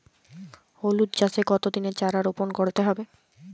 হলুদ চাষে কত দিনের চারা রোপন করতে হবে?